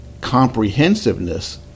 comprehensiveness